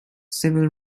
civil